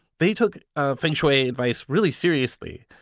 they took ah feng shui advice really seriously.